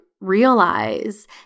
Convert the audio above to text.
realize